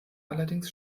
allerdings